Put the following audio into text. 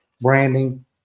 branding